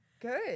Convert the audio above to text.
Good